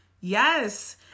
Yes